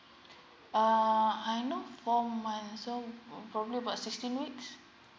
uh I know four months also pro probably about sixteen weeks